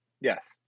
yes